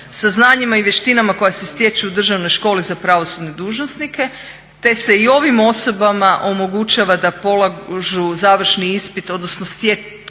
sa znanjima i vještinama koje se stječu u Državnoj školi za pravosudne dužnosnike te se i ovim osobama omogućava da polažu završni ispit odnosno steknu